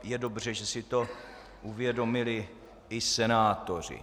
Je dobře, že si to uvědomili i senátoři.